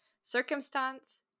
circumstance